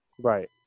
Right